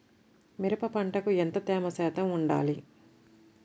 మిరప పంటకు ఎంత తేమ శాతం వుండాలి?